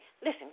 listen